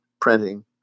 printing